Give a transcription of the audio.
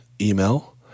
email